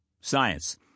science